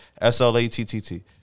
S-L-A-T-T-T